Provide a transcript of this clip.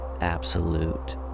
absolute